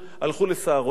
הלכו ל"סהרונים",